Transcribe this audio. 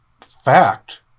fact